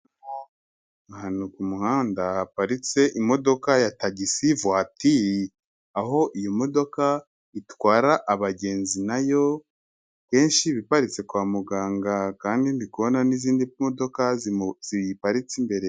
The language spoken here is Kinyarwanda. Ahantu ku muhanda haparitse imodoka ya tagisi vuwatiri aho iyi modoka itwara abagenzi, nayo kenshi iba iparitse kwa muganga, kandi ndi kubona n'izindi modoka ziyiparitse imbere.